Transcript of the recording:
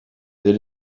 they